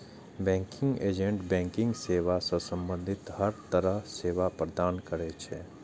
banking agent banking सेवा सं संबंधित हर तरहक सेवा प्रदान करै छै